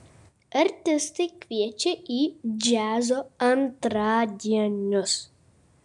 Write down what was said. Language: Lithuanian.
artistai kviečia į džiazo antradienius